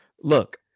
look